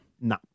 no